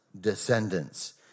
descendants